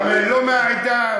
גם לא מהעדה,